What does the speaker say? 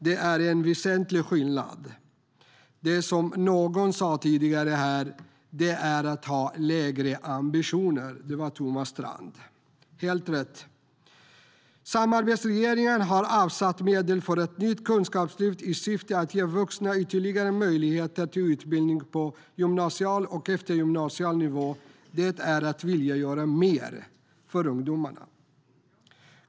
Det är en väsentlig skillnad. Som Thomas Strand sa här tidigare: Det är att ha lägre ambitioner. Samarbetsregeringen har avsatt medel för ett nytt kunskapslyft i syfte att ge vuxna ytterligare möjligheter till utbildning på gymnasial och eftergymnasial nivå. Det är att vilja göra mer för ungdomarna.